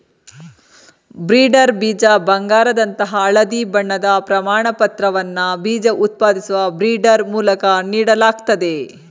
breeder ಬೀಜ ಬಂಗಾರದಂತಹ ಹಳದಿ ಬಣ್ಣದ ಪ್ರಮಾಣಪತ್ರವನ್ನ ಬೀಜ ಉತ್ಪಾದಿಸುವ ಬ್ರೀಡರ್ ಮೂಲಕ ನೀಡಲಾಗ್ತದೆ